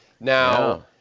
Now